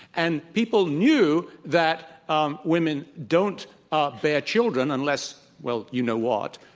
and people knew that um women don't bear children unless, well, you know what.